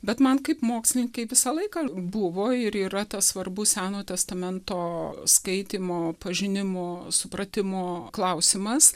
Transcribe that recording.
bet man kaip mokslininkei visą laiką buvo ir yra tas svarbus senojo testamento skaitymo pažinimo supratimo klausimas